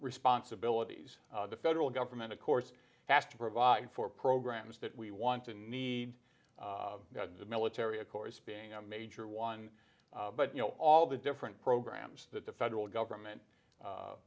responsibilities the federal government of course has to provide for programs that we want to need the military of course being a major one but you know all the different programs that the federal government